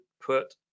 put